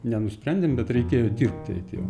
ne nusprendėm bet reikėjo dirbti eit jau